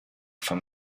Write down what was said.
from